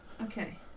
Okay